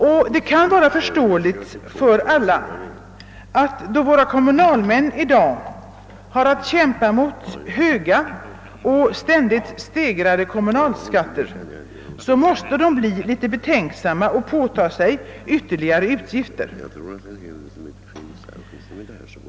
Alla kan säkert förstå att våra kommunalmän, som i dag har att kämpa emot höga och ständigt stegrade kommunalskatter, måste bli litet betänksamma då det gäller att påta sig ytterligare utgifter.